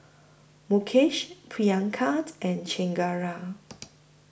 Mukesh Priyanka and Chengara